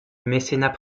mécénat